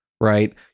right